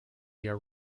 via